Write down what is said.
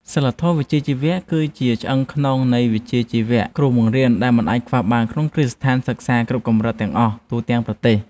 សីលធម៌វិជ្ជាជីវៈគឺជាឆ្អឹងខ្នងនៃវិជ្ជាជីវៈគ្រូបង្រៀនដែលមិនអាចខ្វះបានក្នុងគ្រឹះស្ថានសិក្សាគ្រប់កម្រិតទាំងអស់ទូទាំងប្រទេស។